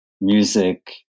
music